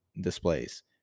displays